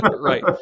right